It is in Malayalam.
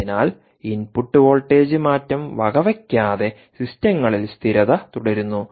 അതിനാൽ ഇൻപുട്ട് വോൾട്ടേജ് മാറ്റം വകവയ്ക്കാതെ സിസ്റ്റങ്ങളിൽസ്ഥിരത തുടരുന്നു